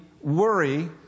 worry